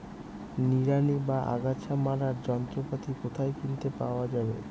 নিড়ানি বা আগাছা মারার যন্ত্রপাতি কোথায় কিনতে পাওয়া যাবে?